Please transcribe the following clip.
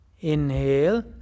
Inhale